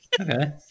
Okay